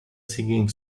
singing